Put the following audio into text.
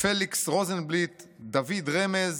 פליכס רוזנבליט, דוד רמז,